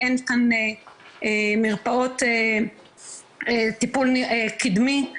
אין כאן מרפאות קידמי,